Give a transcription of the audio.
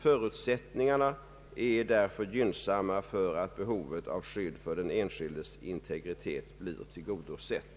Förutsättningarna är därför gynnsamma för att behovet av skydd för den enskildes integritet blir tillgodosett.